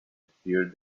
appeared